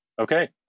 Okay